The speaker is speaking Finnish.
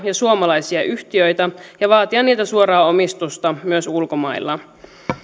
ja suomalaisia yhtiöitä ja vaatia niiltä suoraa omistusta myös ulkomailla